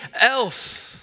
else